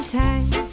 time